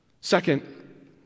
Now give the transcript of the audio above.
Second